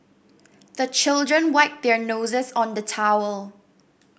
the children wipe their noses on the towel